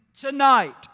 tonight